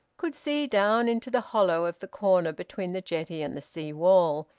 could see down into the hollow of the corner between the jetty and the sea-wall,